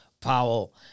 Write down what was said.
Powell